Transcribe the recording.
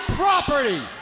property